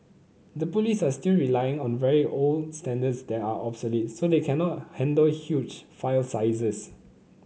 the police are still relying on very old standards that are obsolete so they cannot handle huge file sizes